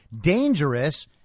dangerous